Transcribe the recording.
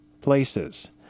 places